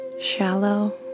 Shallow